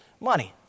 money